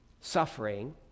suffering